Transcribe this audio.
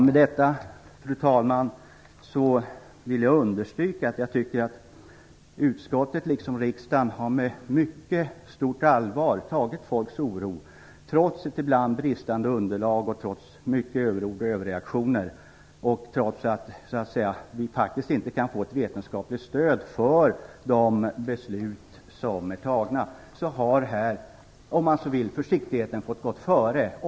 Med detta, fru talman, vill jag understryka att jag tycker att utskottet liksom riksdagen har tagit folks oro med mycket stort allvar, trots ibland bristande underlag, överord och överreaktioner och trots att vi inte kan få ett vetenskapligt stöd för de beslut som är fattade. Här har försiktigheten fått gå före.